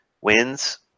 wins